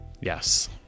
Yes